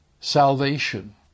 salvation